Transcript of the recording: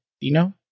Dino